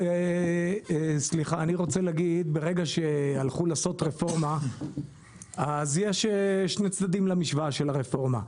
ברגע שהלכו לעשות רפורמה יש שני צדדים למשוואה של הרפורמה.